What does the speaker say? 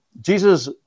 Jesus